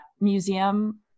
Museum